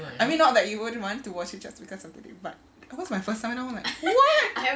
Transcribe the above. I mean not that you would want to watch it just because of the but it was my first time an I wanna what